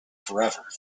forever